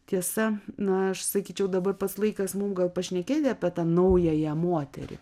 tiesa na aš sakyčiau dabar pats laikas mum gal pašnekėti apie tą naująją moterį